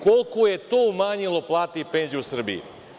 Koliko je to umanjilo plate i penzije u Srbiji?